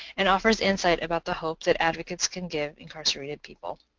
and offers insight about the hope that advocates can give incarcerated people.